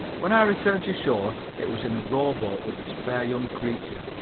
when i returned to shore it was in a rowboat with this fair young creature.